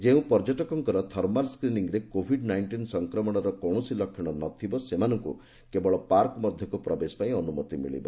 ଯେଉଁ ପର୍ଯ୍ୟଟକମାନଙ୍କ ଥର୍ମାଲ୍ ସ୍କାନିଂରେ କୋଭିଡ୍ ନାଇଷ୍ଟିନ୍ ସଂକ୍ରମଣର କୌଣସି ଲକ୍ଷଣ ନ ଥିବ ସେମାନଙ୍କୁ କେବଳ ପାର୍କ ମଧ୍ୟକୁ ପ୍ରବେଶ ପାଇଁ ଅନୁମତି ମିଳିବ